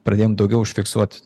pradėjom daugiau užfiksuot